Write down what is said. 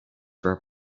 were